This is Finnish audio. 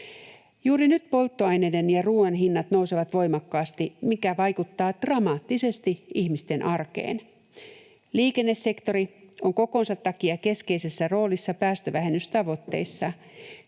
Juuri nyt polttoaineiden ja ruuan hinnat nousevat voimakkaasti, mikä vaikuttaa dramaattisesti ihmisten arkeen. Liikennesektori on kokonsa takia keskeisessä roolissa päästövähennystavoitteissa.